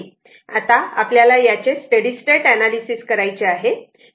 आता आपल्याला याचे स्टेडी स्टेट एनालिसिस करायचे आहे